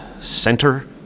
center